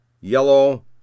yellow